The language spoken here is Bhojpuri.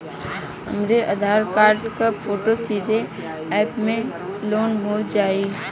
हमरे आधार कार्ड क फोटो सीधे यैप में लोनहो जाई?